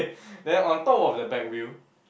then on top of the back wheel